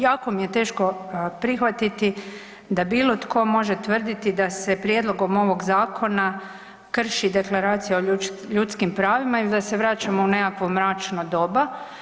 Jako mi je teško prihvatiti da bilo tko može tvrditi da se prijedlogom ovog zakona krši Deklaracija o ljudskim pravima ili da se vraćamo u neko mračno doba.